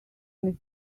mrs